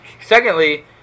secondly